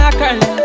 girl